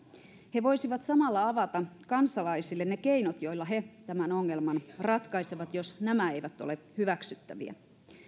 he voisivat samalla avata kansalaisille ne keinot joilla he tämän ongelman ratkaisevat jos nämä eivät ole hyväksyttäviä